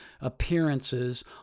appearances